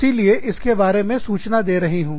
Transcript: इसीलिए इसके बारे में सूचना दे रही हूँ